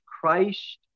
Christ